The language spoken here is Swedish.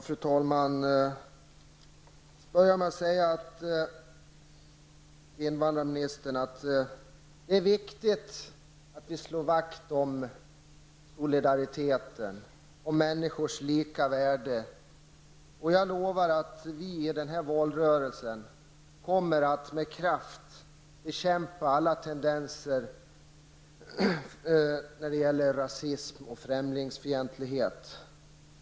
Fru talman! Jag vill börja med att säga till invandrarministern att det är viktigt att vi slår vakt om solidariteten och människors lika värde. Jag lovar att vi i den här valrörelsen med kraft kommer att bekämpa alla tendenser till rasism och främlingsfientlighet.